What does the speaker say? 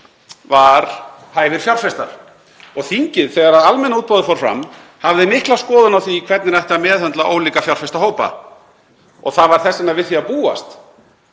var hæfir fjárfestar. Og þingið, þegar almenna útboðið fór fram, hafði mikla skoðun á því hvernig ætti að meðhöndla ólíka fjárfest hópa. Það var þess vegna við því að búast